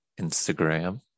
Instagram